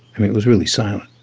i mean, it was really silent